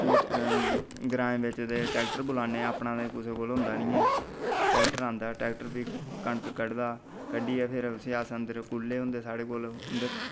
फ्ही ग्राएं बिच्च ट्रैक्टर बलाने अपना ते कुसै कोल होंदा नीं ऐ ट्रैक्टर आंदा फ्ही कनक कड्ढदा कड्ढियै फ्ही अंदर कूलै होंदे साढ़े कोल